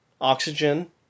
Oxygen